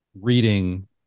reading